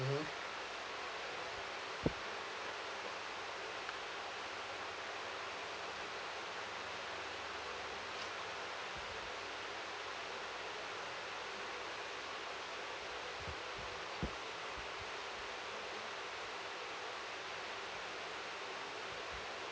mmhmm